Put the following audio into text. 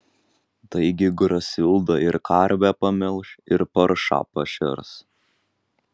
taigi grasilda ir karvę pamelš ir paršą pašers